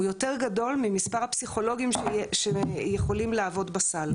יותר גדול ממספר הפסיכולוגים שיכולים לעבוד בסל.